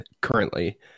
currently